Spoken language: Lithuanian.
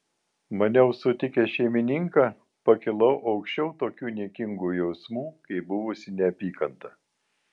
maniau sutikęs šeimininką pakilau aukščiau tokių niekingų jausmų kaip buvusi neapykanta